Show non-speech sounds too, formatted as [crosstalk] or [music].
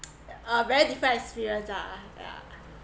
[noise] a very different experience ah